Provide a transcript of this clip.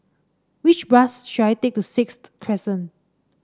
which bus should I take to Sixth Crescent